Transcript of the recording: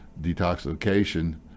detoxification